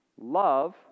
Love